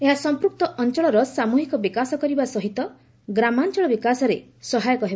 ଏହା ସଂପୂକ୍ତ ଅଞ୍ଚଳର ସାମୃହିକ ବିକାଶ କରିବା ସହିତ ଗ୍ରାମାଞ୍ଚଳ ବିକାଶରେ ସହାୟକ ହେବ